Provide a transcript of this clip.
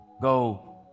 go